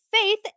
Faith